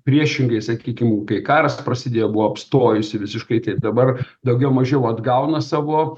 priešingai sakykim kai karas prasidėjo buvo apstojusi visiškai tai dabar daugiau mažiau atgauna savo